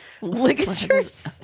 Ligatures